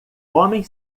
homem